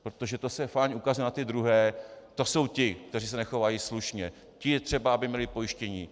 Protože to se fajn ukazuje na ty druhé to jsou ti, kteří se nechovají slušně, ti je třeba, aby měli pojištění.